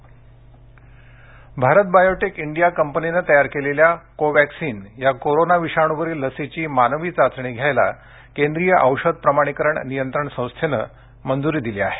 Covid लस Bharat Biotech India या कंपनीनं तयार केलेल्या कोवॅक्सिन या कोरोना विषाणूवरील लसीची मानवी चाचणी घ्यायला केंद्रीय औषध प्रमाणीकरण नियंत्रण संस्थेनं मंजूरी दिली आहे